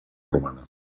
romana